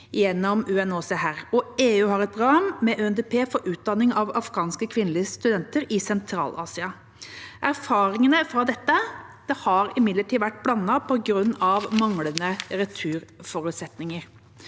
og EU har et program med UNDP om utdanning av afghanske kvinnelige studenter i Sentral-Asia. Erfaringene fra dette har imidlertid vært blandede på grunn av manglende returforutsetninger.